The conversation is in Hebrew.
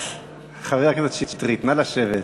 חבר הכנסת כץ, חבר הכנסת שטרית, נא לשבת.